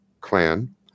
clan